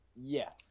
Yes